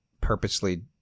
purposely